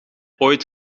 ooit